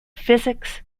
physics